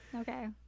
Okay